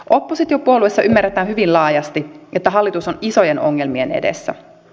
oppositiopuolueissa ymmärretään hyvin laajasti että hallitus on isojen ongelmien edessä